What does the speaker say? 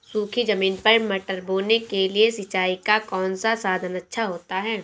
सूखी ज़मीन पर मटर बोने के लिए सिंचाई का कौन सा साधन अच्छा होता है?